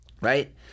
Right